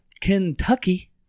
Kentucky